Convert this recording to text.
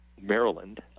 Maryland